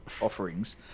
offerings